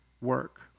work